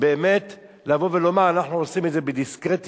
באמת לבוא ולומר: אנחנו עושים את זה בדיסקרטיות,